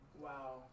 wow